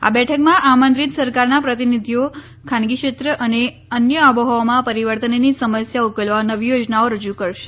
આ બેઠકમાં આમંત્રિત સરકારના પ્રતિનિધિઓ ખાનગીક્ષેત્ર અને અન્યો આબોહવામાં પરિવર્તનની સમસ્યા ઉકેલવા નવી યોજનાઓ રજૂ કરશે